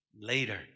later